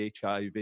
HIV